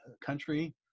country